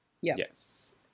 Yes